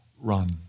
Run